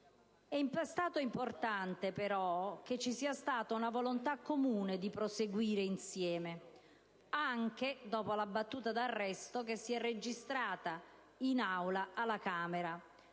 È stato importante inoltre che ci sia stata la volontà comune di proseguire insieme anche dopo la battuta d'arresto che si è registrata in Aula alla Camera